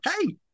hey